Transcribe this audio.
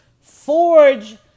forge